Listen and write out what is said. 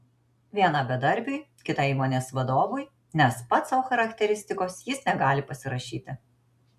vieną bedarbiui kitą įmonės vadovui nes pats sau charakteristikos jis negali pasirašyti